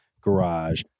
garage